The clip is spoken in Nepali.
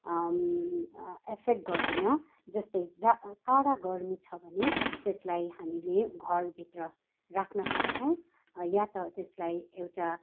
इफेक्ट गर्दैन जस्तै जहाँ कडा गर्मी छ भने त्यसलाई हामीले घर भित्र राख्न सक्छौँ या त त्यसलाई एउटा